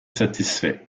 satisfaits